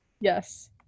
Yes